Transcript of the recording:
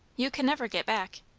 you can never get back.